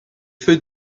feux